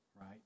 right